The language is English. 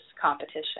competition